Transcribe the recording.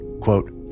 quote